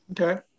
Okay